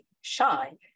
shine